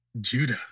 Judah